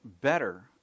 better